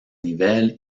nivel